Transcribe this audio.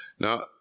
Now